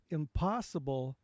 impossible